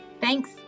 Thanks